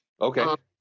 Okay